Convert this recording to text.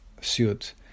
suit